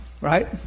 Right